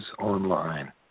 online